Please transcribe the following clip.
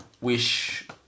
wish